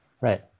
Right